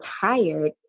tired